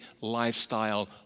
lifestyle